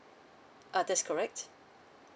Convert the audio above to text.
uh that's correct